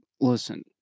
listen